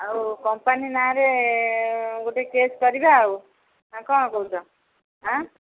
ଆଉ କମ୍ପାନୀ ନାଁ'ରେ ଗୋଟେ କେସ୍ କରିବା ଆଉ କ'ଣ କହୁଛ ଆଁ